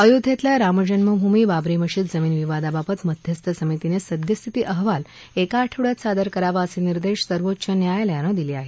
अयोध्येतल्या रामजन्मभूमी बाबरी मशीद जमीन विवादाबाबत मध्यस्थ समितीने सद्यस्थिती अहवाल एका आठवडयात सादर करावा असे निर्देश सर्वोच्च न्यायालयानं दिले आहेत